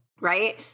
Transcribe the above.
right